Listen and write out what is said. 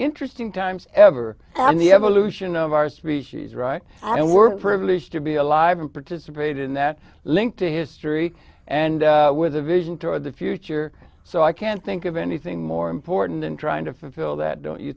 interesting times ever in the evolution of our species right and we're privileged to be alive and participate in that link to history and with a vision toward the future so i can think of anything more important and trying to fulfill that don't you